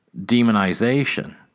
demonization